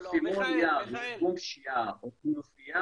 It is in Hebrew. כל סימון יעד, ארגון פשיעה או כנופיה